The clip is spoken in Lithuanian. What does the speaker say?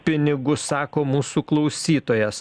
pinigus sako mūsų klausytojas